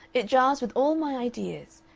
it jars with all my ideas.